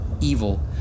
evil